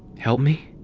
help me?